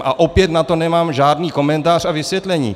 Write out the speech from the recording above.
A opět na to nemám žádný komentář a vysvětlení.